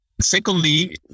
Secondly